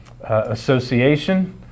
association